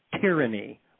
tyranny